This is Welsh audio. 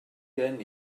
gen